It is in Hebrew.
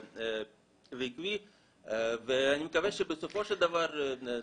ועקבי ואני מקווה שבסופו של דבר נגיע.